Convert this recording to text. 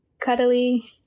cuddly